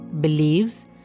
believes